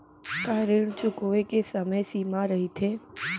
का ऋण चुकोय के समय सीमा रहिथे?